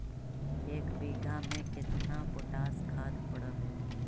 एक बिघा में केतना पोटास खाद पड़ है?